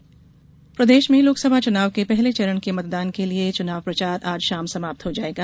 चुनाव प्रचार प्रदेश में लोकसभा चुनाव के पहले चरण के मतदान के लिए चुनाव प्रचार आज शाम समाप्त हो जायेगा